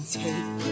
take